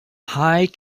high